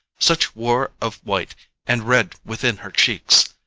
such war of white and red within her cheeks!